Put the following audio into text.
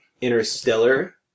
interstellar